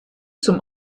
zum